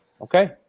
okay